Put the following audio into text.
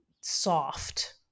soft